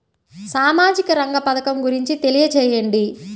సామాజిక రంగ పథకం గురించి తెలియచేయండి?